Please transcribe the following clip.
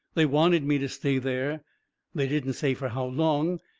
they wanted me to stay there they didn't say fur how long,